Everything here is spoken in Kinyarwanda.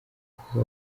koko